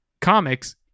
comics